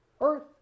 earth